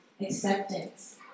Acceptance